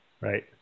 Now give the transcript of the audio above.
Right